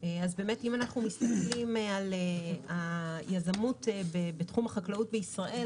אם אנחנו מסתכלים על היזמות בתחום החקלאות בישראל,